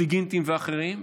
סיגינטיים ואחרים,